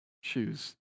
shoes